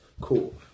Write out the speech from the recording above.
cool